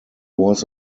was